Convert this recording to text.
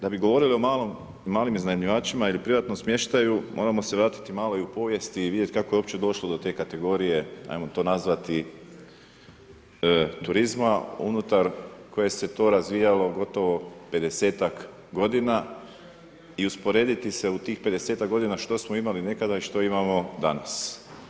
Da bi govorili o malim iznajmljivačima ili privatnom smještaju, moramo se vratiti malo i u povijest i vidjeti kako je uopće došlo do te kategorije, ajmo to nazvati turizma unutar koje se to razvijalo gotovo 50-ak godina i usporediti se u tih 50-ak godina što smo imali nekada i što imamo danas.